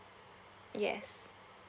yes